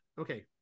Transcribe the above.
okay